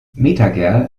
metager